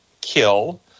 kill